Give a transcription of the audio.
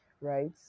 right